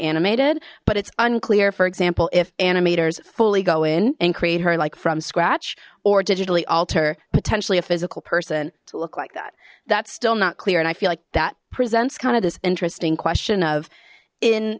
animated but it's unclear for example if animators fully go in and create her like from scratch or digitally alter potentially a physical person to look like that that's still not clear and i feel like that presents kind of this interesting question of in